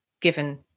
given